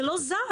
זה לא זז,